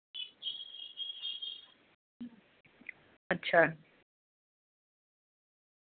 अच्छा